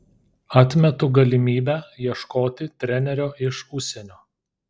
atmetu galimybę ieškoti trenerio iš užsienio